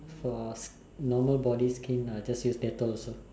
for normal body skin I will just use Dettol also